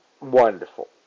Wonderful